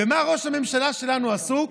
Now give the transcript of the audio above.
במה ראש הממשלה שלנו עסוק?